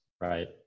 right